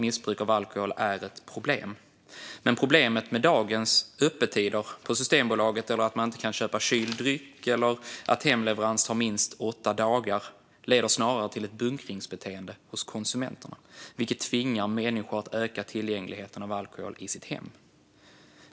Missbruk av alkohol är ett problem. Men problemen med dagens öppettider på Systembolaget, att man inte kan köpa kyld dryck eller att hemleverans tar minst åtta dagar leder snarare till ett bunkringsbeteende hos konsumenterna vilket tvingar människor att öka tillgängligheten av alkohol i sina hem.